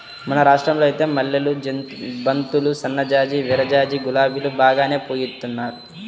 మన రాష్టంలో ఐతే మల్లెలు, బంతులు, సన్నజాజి, విరజాజి, గులాబీలు బాగానే పూయిత్తున్నారు